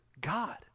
God